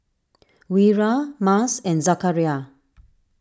Wira Mas and Zakaria